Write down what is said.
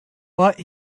but